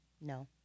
No